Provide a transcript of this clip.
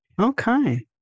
Okay